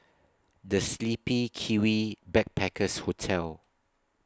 The Sleepy Kiwi Backpackers Hotel